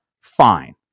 fine